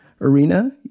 arena